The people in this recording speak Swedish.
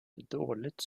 dåligt